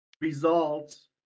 results